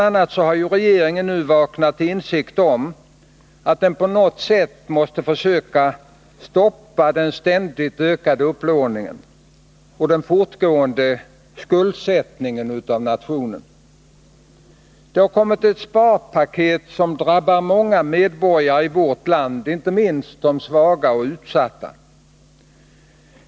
a. har ju regeringen nu vaknat till insikt om att den på något sätt måste försöka stoppa nationens ständigt ökade upplåning och fortgående skuldsättning. Det har kommit ett sparpaket som drabbar många medborgare i vårt land, inte minst de svaga och utsatta.